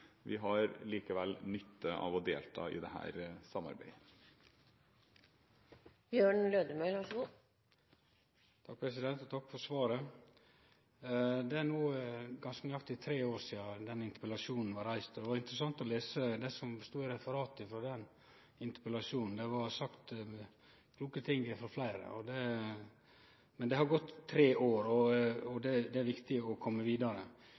Vi har likevel nytte av å delta i dette samarbeidet. Eg takkar for svaret. Det er no ganske nøyaktig tre år sidan interpellasjonen blei reist. Det var interessant å lese det som stod i referatet frå den debatten; det blei sagt kloke ting frå fleire. Men det har gått tre år, og det er viktig å kome vidare.